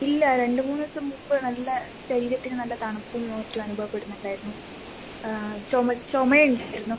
ഇല്ല രണ്ടുമൂന്ന് ദിവസം മുൻപ് നല്ല ശരീരത്തിന് നല്ല തണുപ്പ് ഒക്കെ അനുഭവപ്പെടുന്നുണ്ടായിരുന്നു ചുമയും ഉണ്ടായിരുന്നു